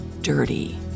dirty